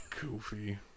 goofy